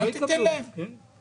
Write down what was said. אל תיתן להם.